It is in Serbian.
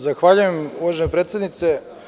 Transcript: Zahvaljujem, uvažena predsednice.